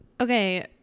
Okay